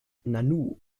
nanu